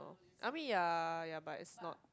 I mean ya ya but it's not